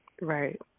Right